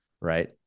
Right